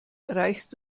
reichst